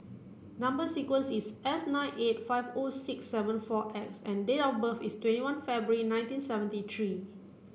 number sequence is S nine eight five O six seven four X and date of birth is twenty one February nineteen seventy three